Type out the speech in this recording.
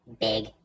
Big